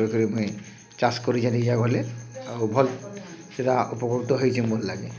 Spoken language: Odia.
ବେଲ୍କରି ମୁଇ ଚାଷ୍ କରି ଜାଣିଲା ହେଲେ ଆଉ ଭଲ୍ ସେଟା ଉପକୃତ ହେଇଛି ମୋର୍ ଲାଗି